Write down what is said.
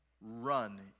run